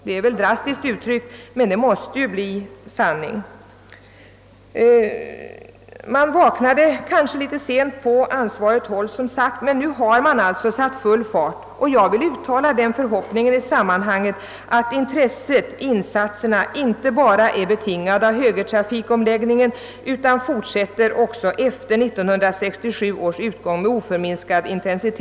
Det är väl drastiskt uttryckt, men det måste bli sanning. På ansvarigt håll vaknade man som sagt kanske litet sent, men nu har man satt full fart. Jag vill uttala den förhoppningen i sammanhanget, att intresset och insatserna inte bara är betingade av högertrafikomläggningen utan fortsätter även efter 1967 års utgång med oförminskad intensitet.